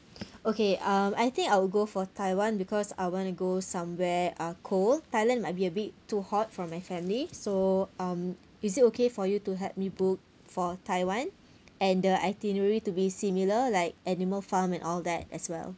okay um I think I will go for taiwan because I want to go somewhere uh cold thailand might be a bit too hot for my family so um is it okay for you to help me book for taiwan and the itinerary to be similar like animal farm and all that as well